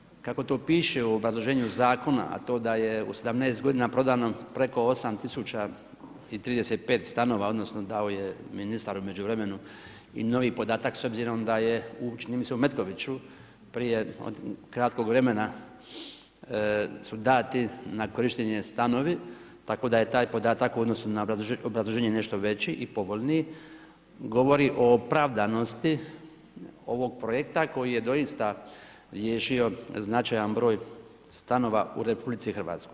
Činjenica kako to piše u obrazloženju zakona, a to da je u 17 godina prodano preko 8035 stanova odnosno dao je ministar u međuvremenu i novi podatak s obzirom da je čini mi se u Metkoviću prije kratkog vremena su dati na korištenje stanovi, tako da je taj podatak u odnosu na obrazloženje nešto veći i povoljniji, govori o opravdanosti ovog projekta koji je doista riješio značajan broj stanova u RH.